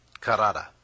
Carada